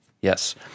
Yes